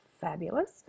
fabulous